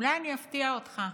אולי אני אפתיע אותך: